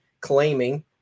claiming